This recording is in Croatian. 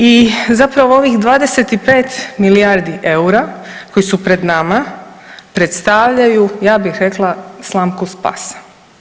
I zapravo ovih 25 milijardi eura koji su pred nama predstavljaju ja bih rekla slamku spasa.